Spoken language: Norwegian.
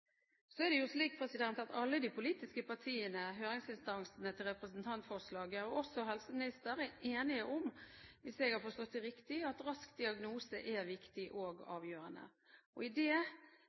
Så er det slik at alle de politiske partiene, høringsinstansene i forbindelse med representantforslaget og også helseministeren er enige om – hvis jeg har forstått det riktig – at rask diagnose er viktig og avgjørende. I det